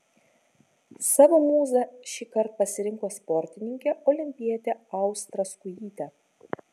savo mūza šįkart pasirinko sportininkę olimpietę austrą skujytę